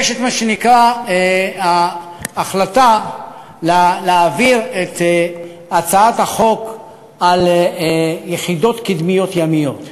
יש החלטה להעביר את הצעת החוק על יחידות קדמיות ימיות.